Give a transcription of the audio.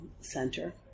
center